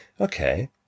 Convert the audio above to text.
okay